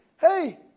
hey